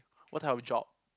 what type of job